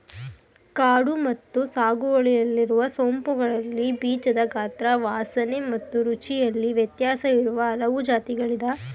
ಕಾಡು ಮತ್ತು ಸಾಗುವಳಿಯಲ್ಲಿರುವ ಸೋಂಪುಗಳಲ್ಲಿ ಬೀಜದ ಗಾತ್ರ ವಾಸನೆ ಮತ್ತು ರುಚಿಯಲ್ಲಿ ವ್ಯತ್ಯಾಸವಿರುವ ಹಲವು ಜಾತಿಗಳಿದೆ